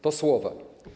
To słowa.